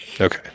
Okay